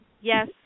Yes